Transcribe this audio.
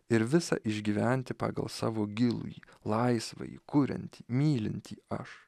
ir visą išgyventi pagal savo gilųjį laisvąjį kuriant mylintį aš